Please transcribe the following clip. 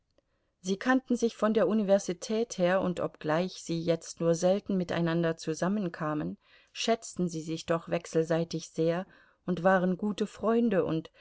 sie kannten sich von der universität her und obgleich sie jetzt nur selten miteinander zusammenkamen schätzten sie sich doch wechselseitig sehr und waren gute freunde und